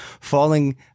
falling